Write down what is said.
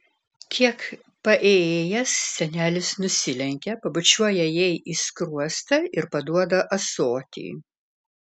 kiek paėjėjęs senelis nusilenkia pabučiuoja jai į skruostą ir paduoda ąsotį